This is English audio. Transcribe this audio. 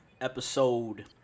episode